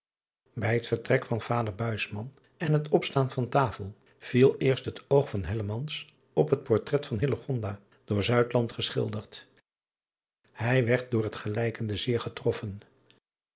ij het vertrek van vader en het opstaan van tafel viel eerst het oog van op het portrait van door geschilderd ij werd door het gelijkende zeer getroffen